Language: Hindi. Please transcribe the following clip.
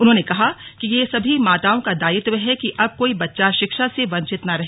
उन्होंने कहा कि यह सभी माताओं का दायित्व है कि अब कोई बच्चा शिक्षा से वंचित न रहे